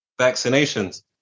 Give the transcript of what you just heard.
vaccinations